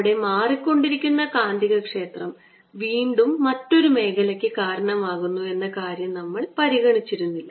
അവിടെ മാറിക്കൊണ്ടിരിക്കുന്ന കാന്തികക്ഷേത്രം വീണ്ടും മറ്റൊരു മേഖലയ്ക്ക് കാരണമാകുന്നു എന്ന കാര്യം നമ്മൾ പരിഗണിച്ചിരുന്നില്ല